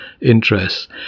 interests